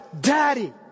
Daddy